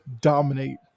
dominate